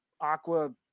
Aqua